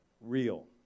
real